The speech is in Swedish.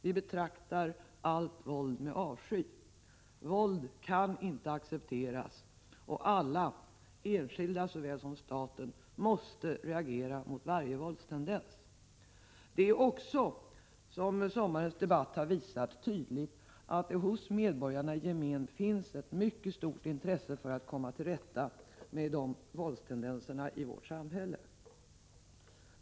Vi betraktar allt våld med avsky. Våld kan inte accepteras och alla, enskilda såväl som staten, måste reagera mot varje våldstendens. Det är också, som sommarens debatt har visat, tydligt att det hos medborgarna i gemen finns ett mycket stort intresse för att komma till rätta med våldstendenserna i vårt samhälle.